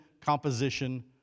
composition